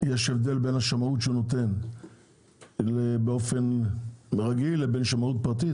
יש הבדל בין שמאות ששמאי נותן באופן רגיל לבין שמאות פרטית?